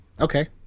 okay